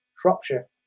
Shropshire